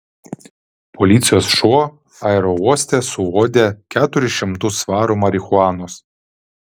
policijos šuo aerouoste suuodė keturis šimtus svarų marihuanos